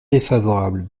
défavorable